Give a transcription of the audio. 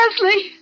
Leslie